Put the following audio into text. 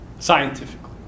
scientifically